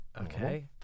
okay